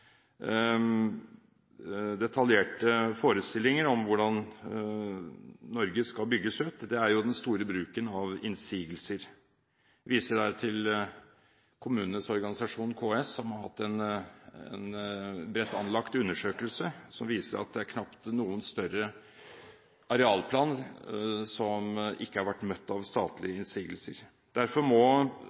detaljerte forestillinger om hvordan Norge skal bygges ut, er jo den store bruken av innsigelser. Jeg viser her til kommunenes organisasjon, KS, som har hatt en bredt anlagt undersøkelse som viste at det knapt er noen større arealplan som ikke er blitt møtt av statlige innsigelser. Derfor må